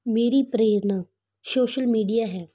ਮੇਰੀ ਪ੍ਰੇਰਨਾ social media ਹੈ